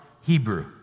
Hebrew